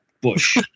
bush